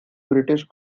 british